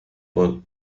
por